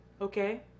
okay